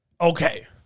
okay